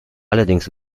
allerdings